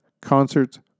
concerts